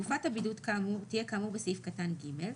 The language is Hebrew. תקופת בידוד תהיה כאמור בסעיף קטן (ג),